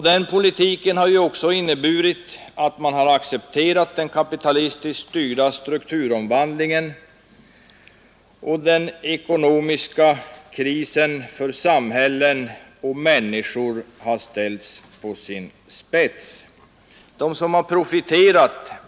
Den politiken har också inneburit att man har accepterat den kapitalistiskt styrda strukturomvandlingen; och den ekonomiska krisen för samhälle och människor har ställts på sin spets.